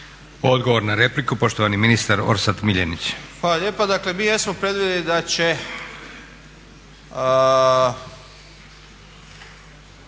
Odgovor na repliku, poštovani ministar Orsat Miljenić.